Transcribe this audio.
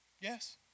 Yes